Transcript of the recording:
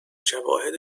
شواهد